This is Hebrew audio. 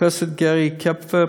פרופסור גרי קפפר,